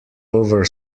over